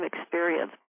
experience